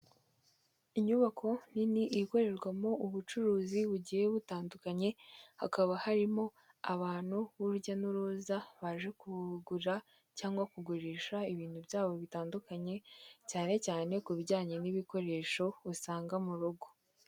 Inyubako nini ikorerwamo ubucuruzi bugiye butandukanye hakaba harimo abantu b'urujya n'uruza baje kugura cyangwa kugurisha ibintu byabo bitandukanye cyane cyane ku bijyanye n'ibikoresho usanga mu rugo.